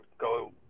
go